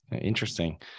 Interesting